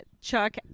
Chuck